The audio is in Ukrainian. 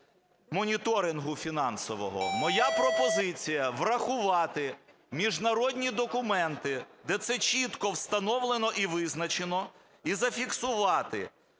Моя пропозиція: врахувати міжнародні документи, де це чітко встановлено і визначено, і зафіксувати